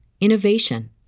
innovation